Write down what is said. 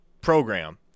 program